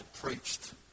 preached